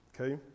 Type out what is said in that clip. Okay